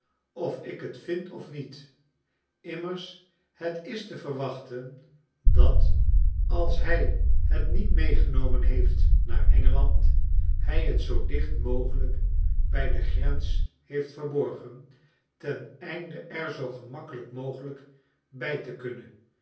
of ik het vind of niet imrners het is te verwachten dat als hij het niet meegenomen heeft naar engeland hij het zoo dicht mogelijk bij de grens heeft verborgen ten einde er zoo gemakkelijk mogelijk bij te kunnen